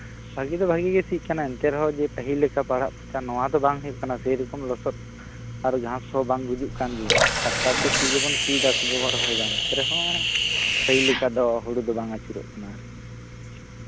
ᱵᱷᱟᱹᱜᱤ ᱫᱚ ᱵᱷᱟᱹᱜᱤᱜᱮ ᱥᱤᱜ ᱠᱟᱱᱟ ᱮᱱᱛᱮ ᱨᱮᱦᱚᱸ ᱯᱟᱹᱦᱤᱞ ᱞᱮᱠᱟ ᱯᱟᱲᱟᱜ ᱯᱟᱠᱷᱱᱟ ᱱᱚᱣᱟ ᱫᱚ ᱵᱟᱝ ᱦᱩᱭᱩᱜ ᱠᱟᱱᱟ ᱥᱮᱭᱨᱚᱠᱚᱢ ᱞᱚᱥᱚᱫ ᱟᱨ ᱜᱷᱟᱥ ᱠᱚ ᱵᱟᱝ ᱜᱩᱡᱩᱜ ᱠᱟᱱ ᱜᱮᱭᱟ ᱴᱨᱟᱠᱴᱟᱨᱛᱮ ᱥᱤᱜᱮᱵᱚᱱ ᱥᱤᱭᱮᱫᱟ ᱥᱚᱝᱜᱮ ᱵᱚᱱ ᱨᱚᱦᱚᱭᱮᱫᱟ ᱮᱱᱛᱮ ᱨᱮᱦᱚᱸ ᱯᱟᱹᱦᱤᱞ ᱞᱮᱠᱟ ᱫᱚ ᱦᱳᱲᱳ ᱫᱚ ᱵᱟᱝ ᱟᱹᱪᱩᱨᱚᱜ ᱠᱟᱱᱟ